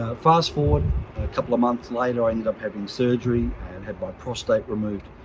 ah fast forward a couple of months later i ended up having surgery and had my prostate removed.